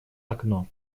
окно